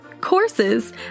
courses